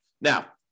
Now